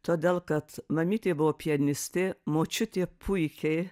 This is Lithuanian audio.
todėl kad mamytė buvo pianistė močiutė puikiai